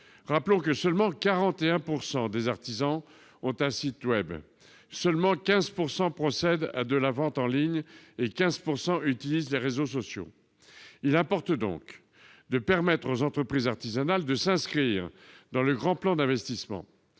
Rappelons que 41 % des artisans seulement ont un site web, 15 % procèdent à de la vente en ligne et 25 % utilisent les réseaux sociaux. Il importe donc de permettre aux entreprises artisanales de s'inscrire dans le Grand Plan d'investissement.